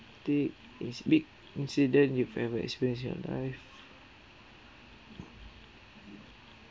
traumatic is big incident you've ever experience your life